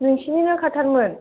नोंसिनिनो खाथारमोन